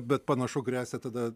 bet panašu gresia tada